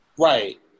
Right